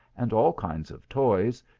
and all kinds of toys,